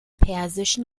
persischen